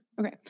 Okay